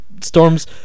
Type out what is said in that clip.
storms